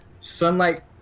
sunlight